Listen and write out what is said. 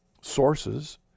sources